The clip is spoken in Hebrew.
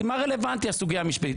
כי מה רלוונטי הסוגיה המשפטית,